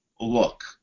look